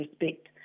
respect